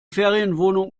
ferienwohnung